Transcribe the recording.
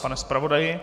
Pane zpravodaji?